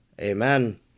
Amen